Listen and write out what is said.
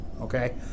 okay